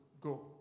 go